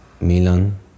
Milan